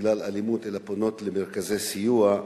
בגלל אלימות, אלא פונות למרכזי סיוע,